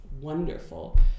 wonderful